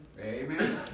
Amen